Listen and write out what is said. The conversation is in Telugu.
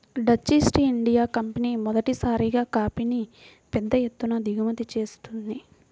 డచ్ ఈస్ట్ ఇండియా కంపెనీ మొదటిసారిగా కాఫీని పెద్ద ఎత్తున దిగుమతి చేసుకుంది